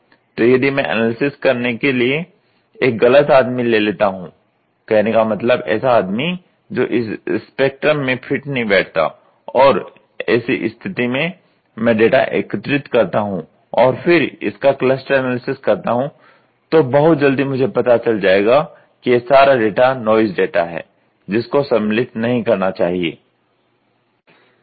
तो यदि मैं एनालिसिस के लिए एक गलत आदमी ले लेता हूं कहने का मतलब ऐसा आदमी जो इस स्पेक्ट्रम में फिट नहीं बैठता और एसी स्थिति में मैं डेटा एकत्रित करता हूं और फिर इसका क्लस्टर एनालिसिस करता हूं तो बहुत जल्दी मुझे पता चल जायेगा कि यह सारा डेटा नॉइज डेटा है जिसको सम्मिलित नहीं करना चाहिए